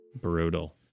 brutal